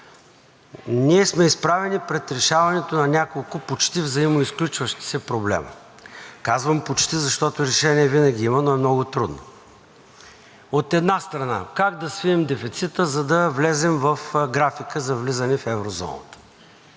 Ние сме изправени пред решаването на няколко почти взаимно изключващи се проблема. Казвам почти, защото решение винаги има, но е много трудно. От една страна, как да свием дефицита, за да влезем в графика за влизане в еврозоната,